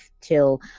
till